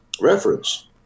reference